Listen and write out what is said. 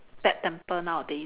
bad tempered nowadays